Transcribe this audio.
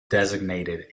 designated